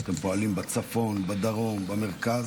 אתם פועלים בצפון, בדרום, במרכז.